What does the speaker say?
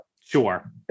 Sure